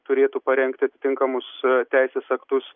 turėtų parengti atitinkamus teisės aktus